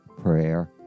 prayer